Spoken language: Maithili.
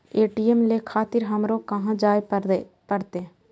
ए.टी.एम ले खातिर हमरो कहाँ जाए परतें?